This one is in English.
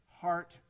heart